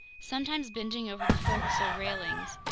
sometimes bending over the forecastle railings,